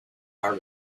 are